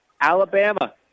Alabama